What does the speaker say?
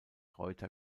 reuter